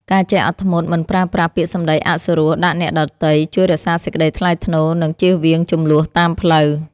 ការចេះអត់ធ្មត់មិនប្រើប្រាស់ពាក្យសម្តីអសុរោះដាក់អ្នកដទៃជួយរក្សាសេចក្ដីថ្លៃថ្នូរ និងជៀសវាងជម្លោះតាមផ្លូវ។